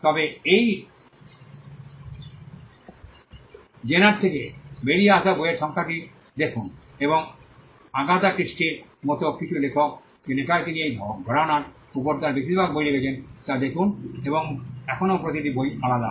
তবে এই জেনার থেকে বেরিয়ে আসা বইয়ের সংখ্যাটি দেখুন এবং আগাথা ক্রিস্টির মতো কিছু লেখক যে লেখায় তিনি এই ঘরানার উপর তাঁর বেশিরভাগ বই লিখেছেন তা দেখুন এবং এখনও প্রতিটি বই আলাদা